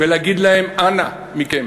ולהגיד להם, אנא מכם,